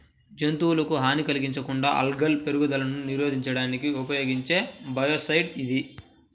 జంతువులకు హాని కలిగించకుండా ఆల్గల్ పెరుగుదలను నిరోధించడానికి ఉపయోగించే బయోసైడ్ ఇది